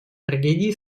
трагедии